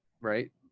right